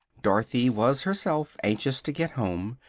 dorothy was herself anxious to get home,